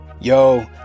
Yo